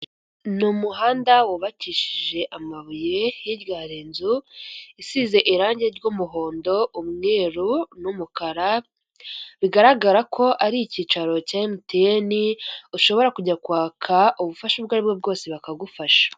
Ni umuhanda wubakishije amabuye, hirya hari inzu isize irangi ry'umuhondo, umweru n'umukara, bigaragara ko ari icyicaro cya Emutiyeni, ushobora kujya kwaka ubufasha ubwo ari bwo bwose bakagufasha.